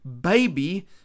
baby